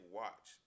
watch